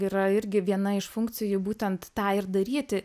yra irgi viena iš funkcijų būtent tą ir daryti